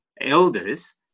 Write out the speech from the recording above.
elders